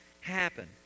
happen